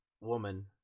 woman